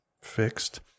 fixed